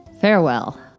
Farewell